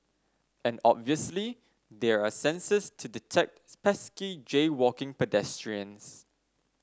and obviously there are sensors to detect pesky jaywalking pedestrians